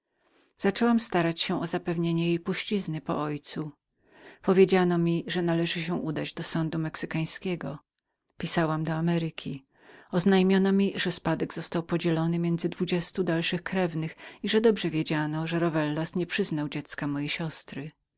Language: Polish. i starałam się o zapewnienie jej puścizny po ojcu powiedziano mi że należało się udać do sądu mexykańskiego pisałam do ameryki oznajmiono mi że spadek został podzielony więdzymiędzy dwudziestu pobocznych krewnych i że dobrze wiedziano że rowellas nie chciał przyznać dziecka mojej siostry